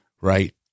right